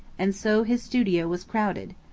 and so his studio was crowded.